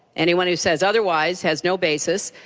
anyone who says otherwise has no basis,